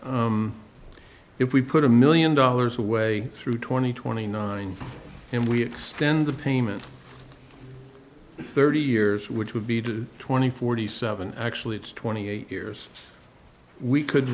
if we put a million dollars away through twenty twenty nine and we extend the payment thirty years which would be to twenty forty seven actually it's twenty eight years we could